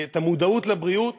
יום המודעות לבריאות,